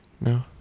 No